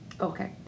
Okay